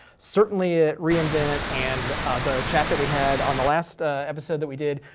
certainly at re invent and the chat that we had on the last episode that we did,